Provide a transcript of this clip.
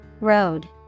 Road